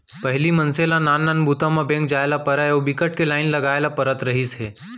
पहिली मनसे ल नान नान बूता म बेंक जाए ल परय अउ बिकट के लाईन लगाए ल परत रहिस हे